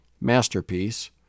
masterpiece